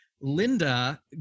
Linda